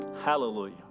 Hallelujah